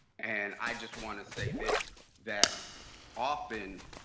and i just want to say this. that often